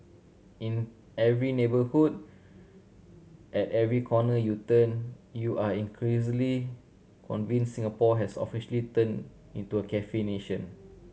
in every neighbourhood at every corner you turn you are increasingly convinced Singapore has officially turned into a cafe nation